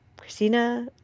Christina